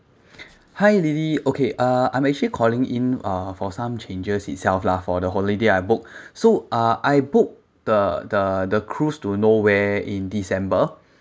hi lily okay uh I'm actually calling in uh for some changes itself lah for the holiday I booked so uh I booked the the the cruise to norway in december